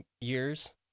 years